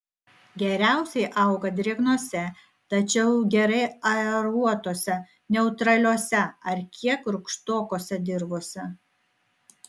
geriausiai auga drėgnose tačiau gerai aeruotose neutraliose ar kiek rūgštokose dirvose